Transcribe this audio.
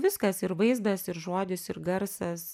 viskas ir vaizdas ir žodis ir garsas